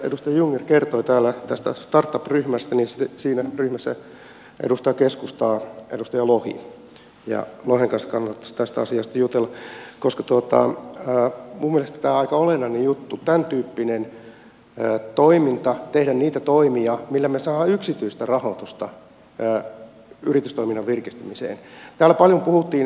tässä start up ryhmässä mistä edustaja jungner kertoi täällä edustaa keskustaa edustaja lohi ja lohen kanssa kannattaisi tästä asiasta jutella koska tuottaa lisää mumista aika olennainen minun mielestäni tämäntyyppinen toiminta tehdä niitä toimia millä me saamme yksityistä rahoitusta yritystoiminnan virkistämiseen on aika olennainen juttu